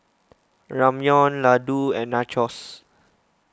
Ramyeon Ladoo and Nachos